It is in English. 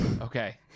okay